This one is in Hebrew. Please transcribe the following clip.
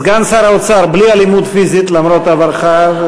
סגן שר האוצר, בלי אלימות פיזית, למרות עברך.